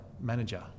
manager